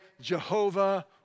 Jehovah